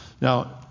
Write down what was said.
Now